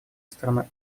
страна